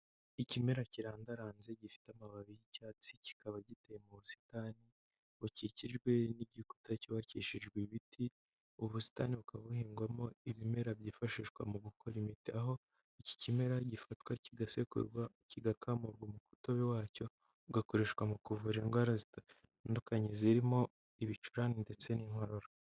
Ikimera kirandaranze gifite amababi y'icyatsi, kikaba giteye mu busitani bukikijwe n'igikuta cyubakishijwe ibiti, ubusitani bukaba buhingwamo ibimera byifashishwa mu gukora imiti, aho iki kimera gifatwa kigasekurwa, kigakamurwa, umutobe wacyo ugakoreshwa mu kuvura indwara zitandukanye zirimo ibicurane ndetse n'inkorora.